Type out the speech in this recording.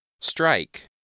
Strike